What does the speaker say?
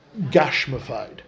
gashmified